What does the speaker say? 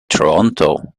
toronto